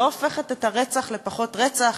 לא הופכת את הרצח לפחות רצח,